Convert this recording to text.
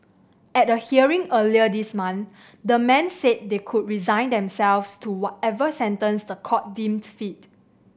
at a hearing earlier this month the men said they could resign themselves to whatever sentence the court deemed fit